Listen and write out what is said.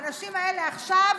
האנשים האלה עכשיו